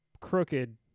crooked